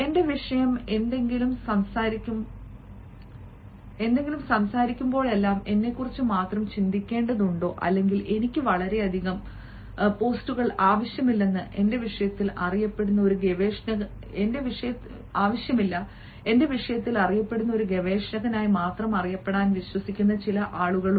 എൻറെ വിഷയം എന്തെങ്കിലും സംസാരിക്കുമ്പോഴെല്ലാം എന്നെക്കുറിച്ച് മാത്രം ചിന്തിക്കേണ്ടതുണ്ടോ അല്ലെങ്കിൽ എനിക്ക് വളരെയധികം പോസ്റ്റുകൾ ആവശ്യമില്ലെന്ന് എന്റെ വിഷയത്തിൽ അറിയപ്പെടുന്ന ഒരു ഗവേഷകനായി അറിയപ്പെടാൻ മാത്രം വിശ്വസിക്കുന്ന ചില ആളുകൾ